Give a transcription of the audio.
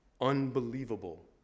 unbelievable